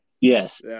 Yes